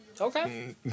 Okay